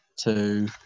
two